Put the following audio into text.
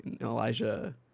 Elijah